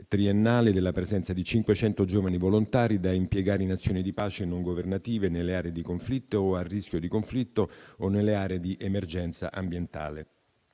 triennale della presenza di 500 giovani volontari da impiegare in azioni di pace non governative nelle aree di conflitto o a rischio di conflitto o nelle aree di emergenza ambientale.